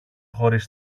χωρίς